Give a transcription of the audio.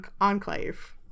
enclave